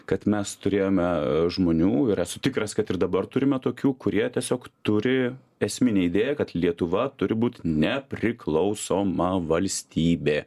kad mes turėjome žmonių ir esu tikras kad ir dabar turime tokių kurie tiesiog turi esminę idėją kad lietuva turi būt nepriklausoma valstybė